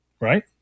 right